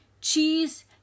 Cheese